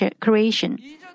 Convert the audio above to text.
creation